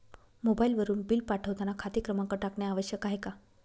मोबाईलवरून बिल पाठवताना खाते क्रमांक टाकणे आवश्यक आहे का?